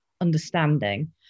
understanding